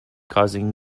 causing